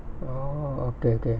orh okay okay